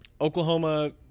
Oklahoma